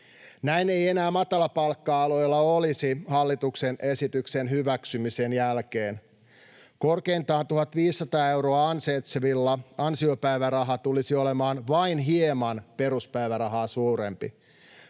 Näin ei enää matalapalkka-aloilla olisi hallituksen esityksen hyväksymisen jälkeen. Korkeintaan 1 500 euroa ansaitsevilla ansiopäiväraha tulisi olemaan vain hieman peruspäivärahaa suurempi.